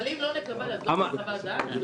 אבל אם לא נקבל אז לא תהיה חוות דעת?